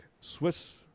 Swiss